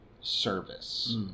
service